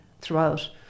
throughout